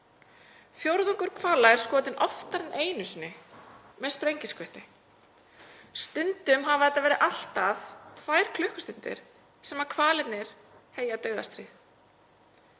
Fjórðungur hvala er skotinn oftar en einu sinni með sprengiskutli. Stundum hafa þetta verið allt að tvær klukkustundir sem hvalirnir heyja dauðastríð.